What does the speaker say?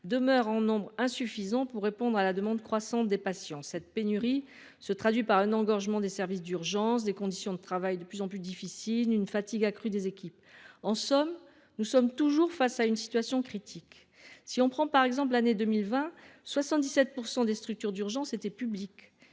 demeurent insuffisants pour répondre à la demande croissante des patients. Cette pénurie se traduit par un engorgement des services d’urgences, par des conditions de travail de plus en plus difficiles et par une fatigue accrue des équipes. En somme, nous sommes toujours face à une situation critique. En 2020, par exemple, 77 % des structures d’urgences étaient publiques.